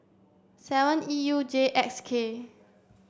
seven E U J X K